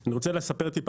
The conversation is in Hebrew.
אני רוצה לספר טיפה.